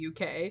UK